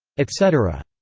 etc.